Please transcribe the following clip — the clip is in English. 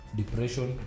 depression